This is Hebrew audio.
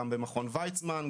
גם במכון ויצמן,